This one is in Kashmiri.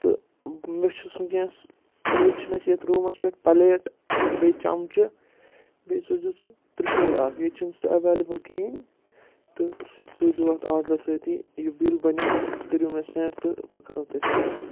تہٕ مےٚ چھُس وٕنکٮ۪س ییٚتہِ چھِنہٕ اَسہِ یَتھ روٗمَس پٮ۪ٹھ پَلیٹ بیٚیہِ چَمچہٕ بیٚیہِ سوٗزِو سُہ تِرٛشوٗل اَکھ ییٚتہِ چھِنہٕ سُہ ایولیبل کِہیٖنۍ تہٕ سُہ تہِ سوٗزِو اَتھ آرڈرَس سۭتی یہِ بِل بَنیو سُہ کٔرِو مےٚ سٮ۪نٛڈ تہٕ بہٕ کَرو تۄہہِ پے حظ